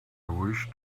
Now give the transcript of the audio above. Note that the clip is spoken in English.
wish